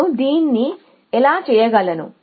నేను దీన్ని ఎలా చేయగలను